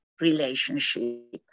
relationship